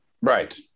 Right